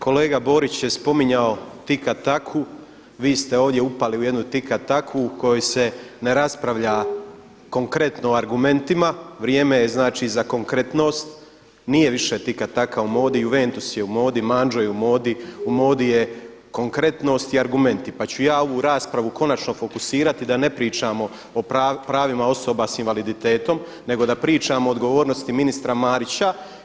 Kolega Borić je spominjao tika taku, vi ste ovdje upali u jednu tika taku u kojoj se ne raspravlja konkretno argumentima, vrijeme je za konkretnost, nije više tika taka u modi, Juventus je u modi, Mandžo je u modi, u modi je konkretnost i argumenti, pa ću ja ovu raspravu konačno fokusirati da ne pričamo o pravima osoba s invaliditetom nego da pričamo o odgovornosti ministra Marića.